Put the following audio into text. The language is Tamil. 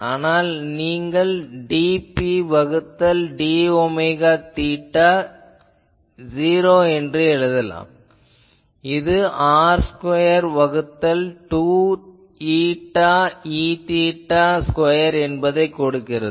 ஆகவே நீங்கள் dP வகுத்தல் d ஒமேகா தீட்டா '0' என்று எழுதலாம் இது r ஸ்கொயர் வகுத்தல் 2η Eθ ஸ்கொயர் என்பதைக் கொடுக்கிறது